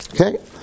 Okay